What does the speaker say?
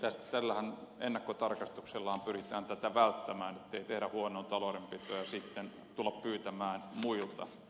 juuri ennakkotarkastuksellahan pyritään tätä välttämään ettei tehdä huonoa taloudenpitoa ja sitten tulla pyytämään muilta